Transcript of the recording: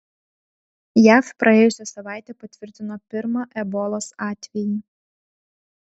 jav praėjusią savaitę patvirtino pirmą ebolos atvejį